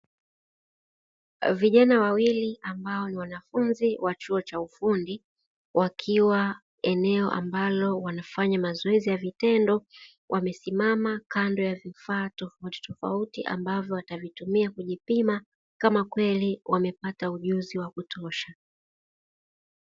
Vijana wawili ambao ni wanafunzi wa chuo cha ufundi wakiwa eneo ambalo wanafanya mazoezi ya vitendo, wamesimama kando ya vifaa tofauti tofauti ambavyo watavitumia kujipima, kama kweli wamepata ujuzi wa kutosha.